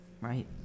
Right